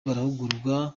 barahugurwa